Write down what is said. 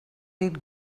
dit